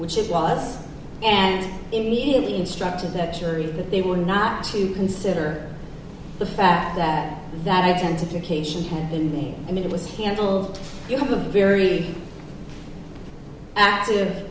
was and immediately instructed the jury that they were not to consider the fact that that identification had been made and it was handled you have a very active